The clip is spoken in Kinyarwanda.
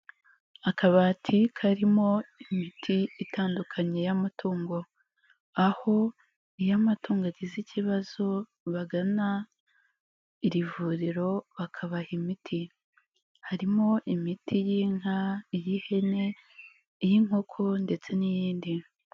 Akabati karimo imiti itandukanye y'amatungo, aho iyo amatungo agize ikibazo bagana iri vuriro bakabaha imiti ,harimo; imiti y'inka, iy'ihene ,iy'inkoko ndetse n'iyindi.